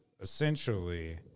essentially